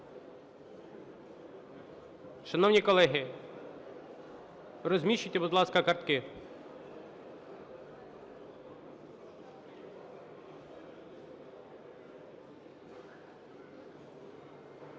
Шановні колеги, розміщуйте, будь ласка, картки.